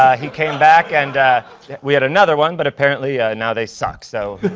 ah he came back, and we had another one. but apparently now they suck. so